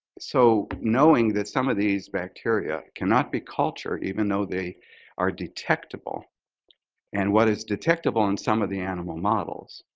so, knowing that some of these bacteria cannot be cultured even though they are detectible and what is detectible in some of the animal models